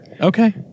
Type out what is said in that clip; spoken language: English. Okay